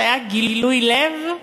היה גילוי לב,